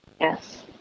Yes